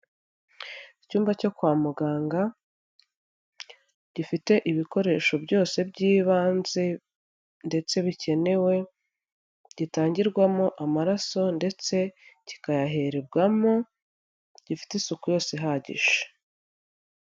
Icyumba cyo kwa muganga gifite ibikoresho byose by'ibanze ndetse bikenewe, gitangirwamo amaraso ndetse kikayahererwamo, gifite isuku yose ihagije.